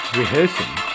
rehearsing